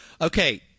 Okay